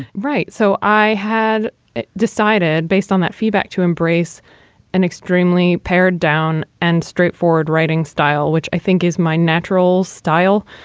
right so i had decided based on that feedback, to embrace an extremely pared down and straightforward writing style, which i think is my natural style.